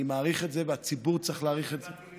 אני מעריך את זה, והציבור צריך להעריך את זה.